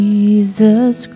Jesus